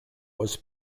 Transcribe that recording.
was